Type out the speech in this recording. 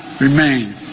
remain